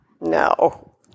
no